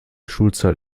schulzeit